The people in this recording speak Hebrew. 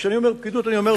וכשאני אומר פקידות אני אומר,